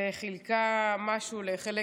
וחילקה משהו לחלק